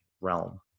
realm